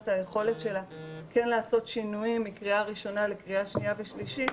היכולת שלה לעשות שינויים בין קריאה ראשונה לקריאה שנייה ושלישית.